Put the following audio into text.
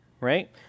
right